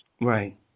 Right